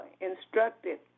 instructed